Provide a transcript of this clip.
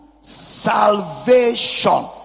salvation